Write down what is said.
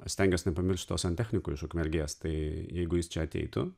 aš stengiuos nepamiršt to santechniko iš ukmergės tai jeigu jis čia ateitų